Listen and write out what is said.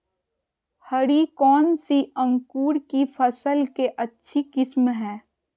हरी कौन सी अंकुर की फसल के अच्छी किस्म है?